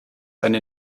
eine